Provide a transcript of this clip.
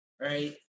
right